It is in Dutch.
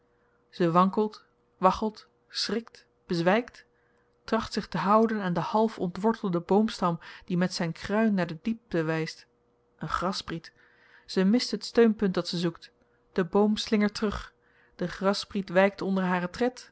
ze wankelt waggelt schrikt bezwykt tracht zich te houden aan den half ontwortelden boomstam die met zyn kruin naar de diepte wyst een grasspriet ze mist het steunpunt dat ze zoekt de boom slingert terug de grasspriet wykt onder haren tred ach